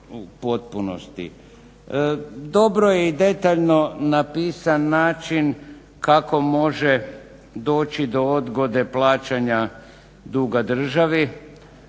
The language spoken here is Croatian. Dobro je i detaljno napisan način kako može doći do odgode plaćanja duga državi.